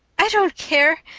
i don't. care.